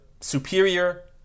superior